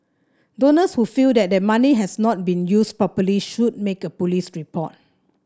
donors who feel that their money has not been used properly should make a police report